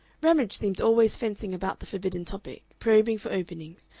ramage seemed always fencing about the forbidden topic, probing for openings,